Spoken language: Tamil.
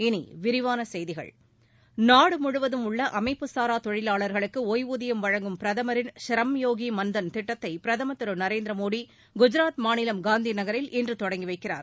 இனி விரிவான செய்திகள் நாடு முழுவதும் உள்ள அமைப்புசாரா தொழிலாளர்களுக்கு ஒய்வூதியம் வழங்கும் பிரதமரின் ஷ்ரம் யோகி மன் தன் திட்டத்தை பிரதமா் திரு நரேந்திர மோடி குஐராத் மாநிலம் காந்திநகரில் இன்று தொடங்கி வைக்கிறார்